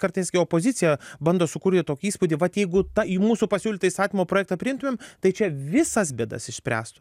kartais kai opozicija bando sukurti tokį įspūdį vat jeigu ta į mūsų pasiūlytą įstatymo projektą priimtumėm tai čia visas bėdas išspręstų